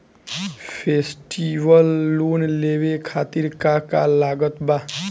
Festival loan लेवे खातिर का का लागत बा?